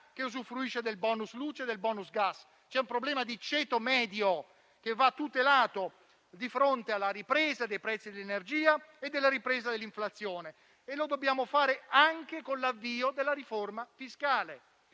che usufruisce del *bonus* luce e del *bonus* gas. C'è un problema di ceto medio che va tutelato di fronte alla ripresa dei prezzi dell'energia e dell'inflazione. Dobbiamo farlo anche con l'avvio della riforma fiscale,